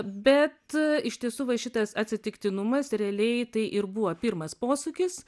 bet iš tiesų va šitas atsitiktinumas realiai tai ir buvo pirmas posūkis